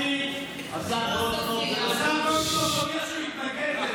השר גולדקנופ הודיע שהוא יתנגד.